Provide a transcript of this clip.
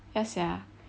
ya sia